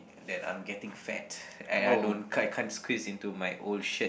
that I'm getting fat and I don't I I can't squeeze into my old shirt